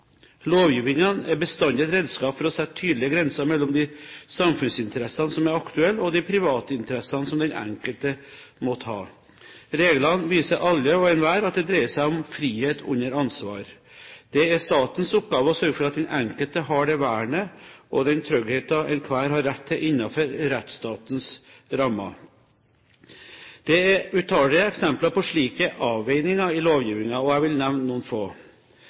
Lovgivningen er bestandig et redskap for å sette tydelige grenser mellom de samfunnsinteressene som er aktuelle, og de privatinteressene som den enkelte måtte ha. Reglene viser alle og enhver at det dreier seg om frihet under ansvar. Det er statens oppgave å sørge for at den enkelte har det vernet og den tryggheten enhver har rett til innenfor rettsstatens rammer. Det er utallige eksempler på slike avveininger i lovgivningen. Jeg vil nevne noen få: